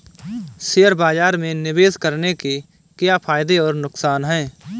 Share बाज़ार में निवेश करने के क्या फायदे और नुकसान हैं?